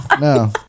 No